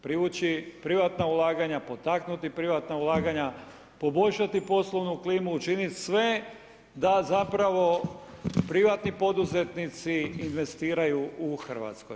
Privući privatna ulaganja, potaknuti privatna ulaganja, poboljšati poslovnu klimu, učinit sve da zapravo privatni poduzetnici investiraju u Hrvatskoj.